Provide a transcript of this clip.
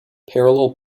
parallel